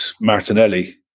Martinelli